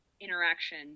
interaction